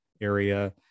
area